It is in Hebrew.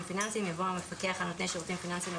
פיננסיים" יבוא "המפקח על נותני שירותים פיננסיים,